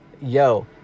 Yo